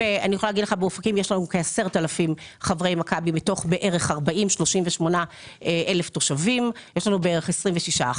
באופקים יש לנו כ-10,000 חברי מכבי מתוך בערך 38,000 תושבים - 26%.